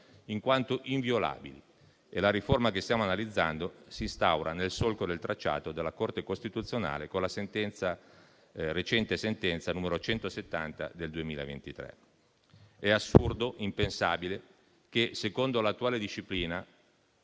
in quanto inviolabili. La riforma che stiamo analizzando si instaura nel solco del tracciato della Corte costituzionale, con la recente sentenza n. 170 del 2023. È assurdo e impensabile che, secondo l'attuale disciplina,